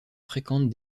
fréquente